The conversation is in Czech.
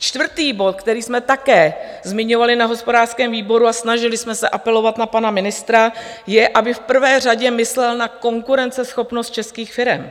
Čtvrtý bod, který jsme také zmiňovali na hospodářském výboru, a snažili jsme se apelovat na pana ministra, je, aby v prvé řadě myslel na konkurenceschopnost českých firem.